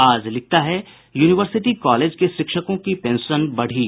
आज लिखता है यूनिवर्सिटी कॉलेज के शिक्षकों की पेंशन बढ़ी